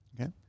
Okay